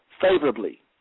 favorably